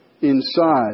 inside